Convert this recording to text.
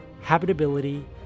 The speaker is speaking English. Habitability